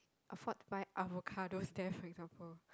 afford to buy avocados there for example